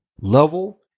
level